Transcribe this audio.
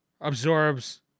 absorbs